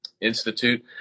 Institute